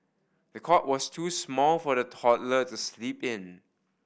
the cot was too small for the toddler to sleep in